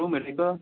room हेरेको